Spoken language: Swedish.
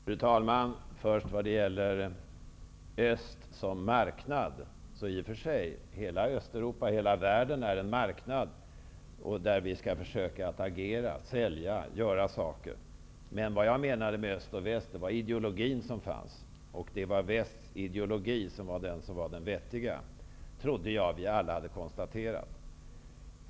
Fru talman! Jag vill först säga något om Östeuropa som marknad. I och för sig är hela Östeuropa och hela världen en marknad där vi skall försöka agera, sälja och annat. Men vad jag menade med öst och väst gällde ideologierna, och det var västs ideologi som var den vettiga. Det trodde jag att vi alla hade konstaterat.